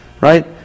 right